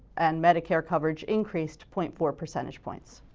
and medicare coverage increased point four percentage points.